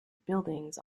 buildings